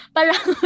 Parang